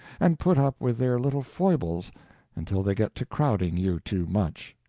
and put up with their little foibles until they get to crowding you too much.